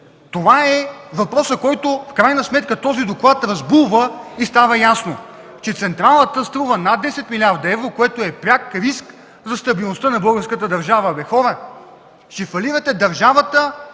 Това е въпросът, който в крайна сметка този доклад разбулва и става ясно, че централата струва над 10 милиарда евро, което е пряк риск за стабилността на българската държава.